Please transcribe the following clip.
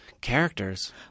characters